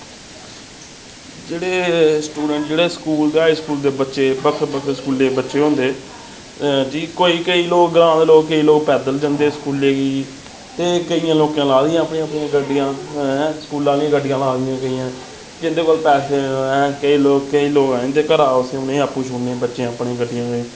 जेह्ड़े स्टूडैंट जेह्ड़े स्कूल दे हाई स्कूल दे बच्चे बक्ख बक्ख स्कूलै बच्चे होंदे जी कोई केईं लोक ग्रां दे लोक केईं लोक पैदल जन्दे स्कूलै गी ते केइयें लोकें लाई दि'यां अपनी अपनियां गड्डियां हैं स्कूला आह्लियां गड्डियां लाई दियां केइयें जिं'दे कोल पैसे हैन केईं लोक केईं लोक आई जंदे घरा दा उसे उ'नें आपूं छोड़ने बच्चें अपने गड्डियें